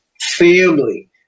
family